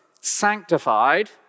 sanctified